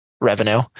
revenue